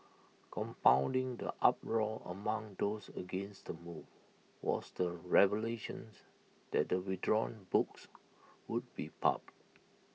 compounding the uproar among those against the move was the revelations that the withdrawn books would be pulped